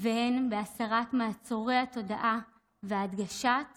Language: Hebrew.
והן בהסרת מעצורי התודעה והדגשת